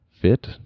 fit